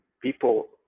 people